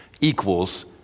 equals